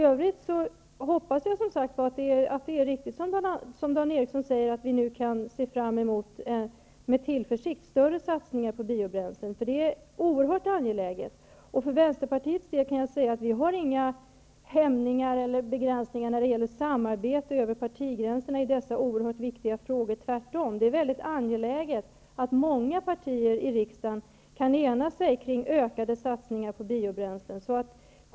Jag hoppas att det är riktigt som Dan Ericsson säger, nämligen att vi med tillförsikt kan se fram emot större satsningar på biobränslen. Det är oerhört angeläget. Vi i Vänsterpartiet har inga hämningar eller begränsningar när det gäller samarbete över partigränserna i dessa oerhört viktiga frågor. Tvärtom! Det är angeläget att många partier i riksdagen kan ena sig kring ökade satsningar på biobränslen.